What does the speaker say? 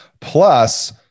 Plus